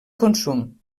consum